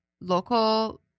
local